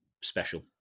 special